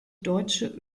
deutsche